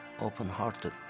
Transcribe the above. open-hearted